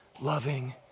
loving